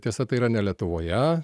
tiesa tai yra ne lietuvoje